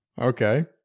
Okay